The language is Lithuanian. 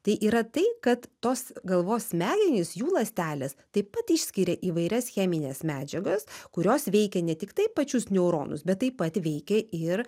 tai yra tai kad tos galvos smegenys jų ląstelės taip pat išskiria įvairias chemines medžiagas kurios veikia ne tiktai pačius neuronus bet taip pat veikia ir